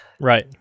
Right